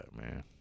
man